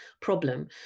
problem